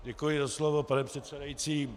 Děkuji za slovo, pane předsedající.